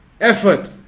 effort